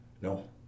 no